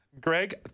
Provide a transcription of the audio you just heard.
Greg